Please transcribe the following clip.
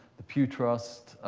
the pew trust,